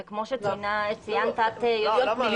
וכמו שאת ציינת --- בואי נדייק,